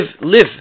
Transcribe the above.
live